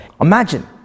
Imagine